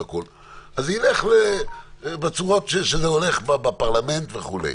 אז זה ילך בצורות שזה הולך בפרלמנט וכו'.